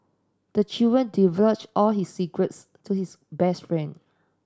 the divulged all his secrets to his best friend